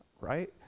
right